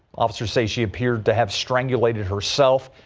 officers say she appeared to have strangulation herself.